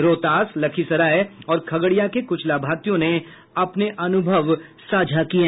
रोहतास लखीसराय और खगड़िया के कुछ लाभार्थियों ने अपने अनुभव साझा किये